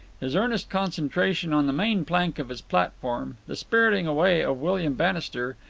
his earnest concentration on the main plank of his platform, the spiriting away of william bannister,